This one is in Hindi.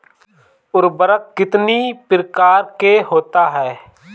उर्वरक कितनी प्रकार के होता हैं?